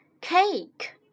Cake